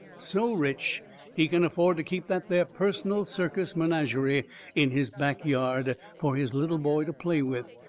so rich he can afford to keep that there personal circus menagerie in his back yard, for his little boy to play with,